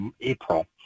April